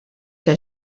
que